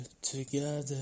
together